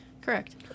Correct